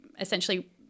essentially